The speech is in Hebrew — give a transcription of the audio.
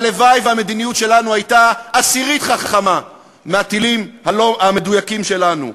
והלוואי שהמדיניות שלנו הייתה עשירית חכמה מהטילים המדויקים שלנו.